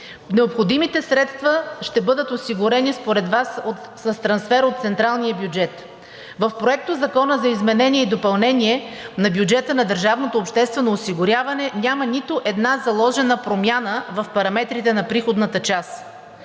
Необходимите средства ще бъдат осигурени според Вас с трансфер от централния бюджет. В Проектозакона за изменение и допълнение на бюджета на държавното обществено осигуряване няма нито една заложена промяна в параметрите на приходната част.